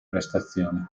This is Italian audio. prestazioni